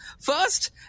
first